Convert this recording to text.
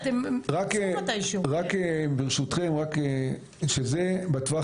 ברשותכם, זאת החלטה בטווח